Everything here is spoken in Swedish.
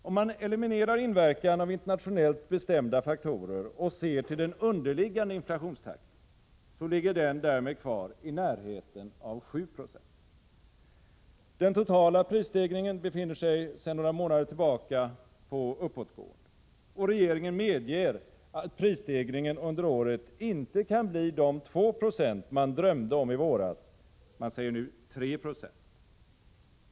Om man eliminerar inverkan av internationellt bestämda faktorer och ser till den underliggande inflationstakten, ligger denna därmed kvar i närheten av 7 90. Den totala prisstegringen befinner sig sedan några månader tillbaka på uppåtgående. Regeringen medger att prisstegringen under året inte kan bli de 2 26 man drömde om i våras men säger nu3 Yo.